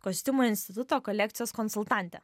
kostiumų instituto kolekcijos konsultantė